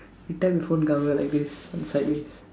you tap your phone cover like this on sideways